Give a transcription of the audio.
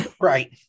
Right